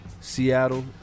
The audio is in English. Seattle